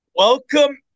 Welcome